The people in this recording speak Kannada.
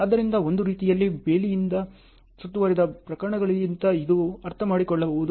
ಆದ್ದರಿಂದ ಒಂದು ರೀತಿಯಲ್ಲಿ ಬೇಲಿಯಿಂದ ಸುತ್ತುವರಿದ ಪ್ರಕರಣಗಳಿಗಿಂತ ಇದನ್ನು ಅರ್ಥಮಾಡಿಕೊಳ್ಳುವುದು ಸುಲಭ